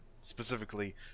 specifically